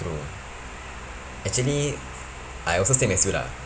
true actually I also same as you lah